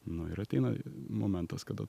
nu ir ateina momentas kada